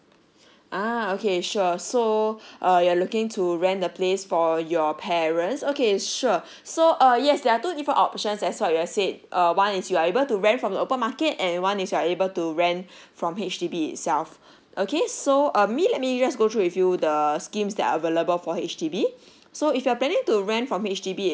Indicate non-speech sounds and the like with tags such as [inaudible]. [breath] ah okay sure so [breath] uh you're looking to rent the place for your parents okay sure so uh yes there are two different options that's why we had said uh one is you are able to rent from open market and one is you are able to rent from H_D_B itself okay so uh me let me just go through with you the schemes that are available for H_D_B so if you are planning to rent from H_D_B